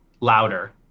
louder